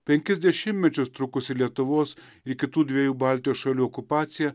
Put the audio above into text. penkis dešimtmečius trukusi lietuvos ir kitų dviejų baltijos šalių okupacija